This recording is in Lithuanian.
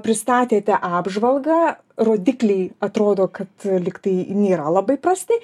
pristatėte apžvalgą rodikliai atrodo kad lyg tai nėra labai prasti